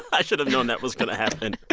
i should have known that was going to happen.